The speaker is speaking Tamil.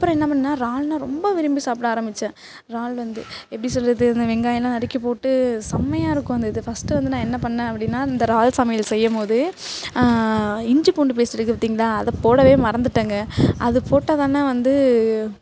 அப்புறம் என்ன பண்ணேன் இறால்னா ரொம்ப விரும்பி சாப்பிட ஆரம்பிச்சேன் இறால் வந்து எப்படி சொல்கிறது இந்த வெங்காயம்லாம் நறுக்கிப் போட்டு செம்மையாக இருக்கும் அந்த இது பஸ்ட்டு வந்து நான் என்ன பண்ணேன் அப்படினா இந்த இறால் சமையல் செய்யும் போது இஞ்சி பூண்டு பேஸ்ட் இருக்குது பார்த்திங்களா அதை போடவே மறந்துட்டங்க அதைப் போட்டால் தான் வந்து